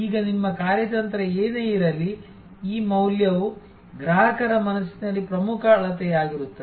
ಈಗ ನಿಮ್ಮ ಕಾರ್ಯತಂತ್ರ ಏನೇ ಇರಲಿ ಈ ಮೌಲ್ಯವು ಗ್ರಾಹಕರ ಮನಸ್ಸಿನಲ್ಲಿ ಪ್ರಮುಖ ಅಳತೆಯಾಗಿರುತ್ತದೆ